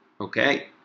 Okay